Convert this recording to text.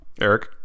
Eric